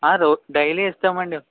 రో డైలీ ఇస్తామండి